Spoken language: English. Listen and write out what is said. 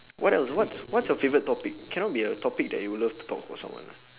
what else what's what's your favorite topic cannot be a topic that you would love to talk about someone ah